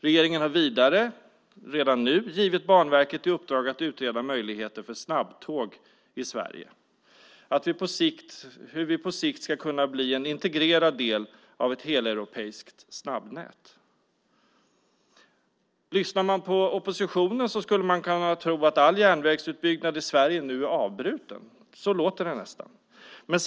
Regeringen har vidare redan nu givit Banverket i uppdrag att utreda möjligheten för snabbtåg i Sverige, hur vi på sikt ska kunna bli en integrerad del av ett heleuropeiskt snabbnät. Lyssnar man på oppositionen skulle man kunna tro att all järnvägsutbyggnad i Sverige nu är avbruten - så låter det nästan.